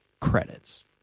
credits